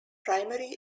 primary